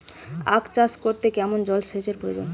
আখ চাষ করতে কেমন জলসেচের প্রয়োজন?